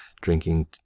drinking